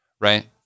right